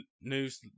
news